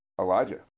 Elijah